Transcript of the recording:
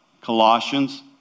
Colossians